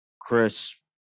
Chris